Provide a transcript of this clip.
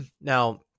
now